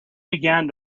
began